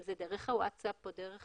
אם זה דרך הווטסאפ או דרך